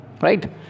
Right